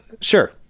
Sure